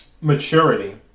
maturity